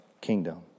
kingdom